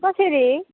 कसरी